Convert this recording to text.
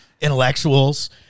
intellectuals